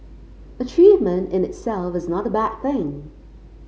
achievement in itself is not a bad thing